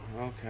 Okay